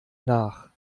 nach